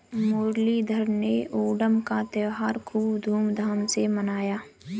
मुरलीधर ने ओणम का त्योहार खूब धूमधाम से मनाया